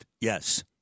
yes